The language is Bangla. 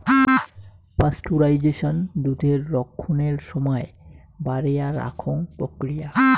পাস্টুরাইজেশন দুধের রক্ষণের সমায় বাড়েয়া রাখং প্রক্রিয়া